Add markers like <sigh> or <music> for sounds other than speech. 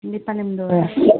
<unintelligible>